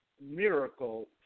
miracle